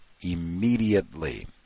immediately